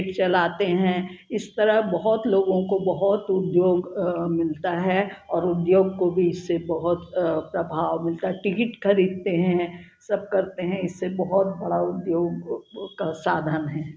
पेट चलाते हैं इस तरह बहुत लोगों को बहुत उद्योग मिलता है और उद्योग को भी इससे बहुत प्रभाव मिलता है टिकेट खरीदते हैं सब करते है इससे बहुत बड़ा उद्योग का साधन है